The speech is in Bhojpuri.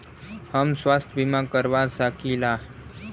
हम स्वास्थ्य बीमा करवा सकी ला?